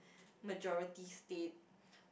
majority state